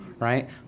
right